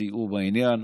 סייעו בעניין,